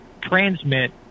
transmit